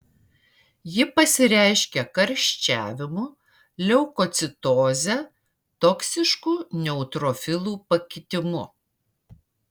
ji pasireiškia karščiavimu leukocitoze toksišku neutrofilų pakitimu